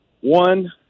one